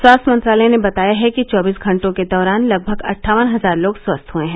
स्वास्थ्य मंत्रालय ने बताया है कि चौबीस घंटों के दौरान लगभग अट्ठावन हजार लोग स्यस्थ हुए हैं